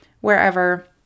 wherever